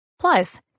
Plus